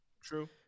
True